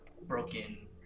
broken